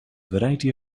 variety